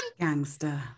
Gangster